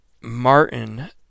martin